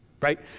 right